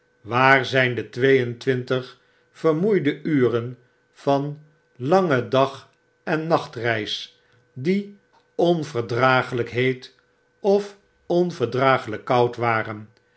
waar zyn de twee en twintig vermoeiende uren van lange dag en nachtreis die onverdraaglyk heet of onverdraaglyk koud waren